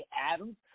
Adams